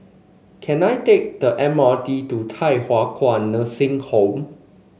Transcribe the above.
can I take the M R T to Thye Hua Kwan Nursing Home